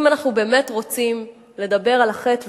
אם אנחנו באמת רוצים לדבר על החטא והעונש,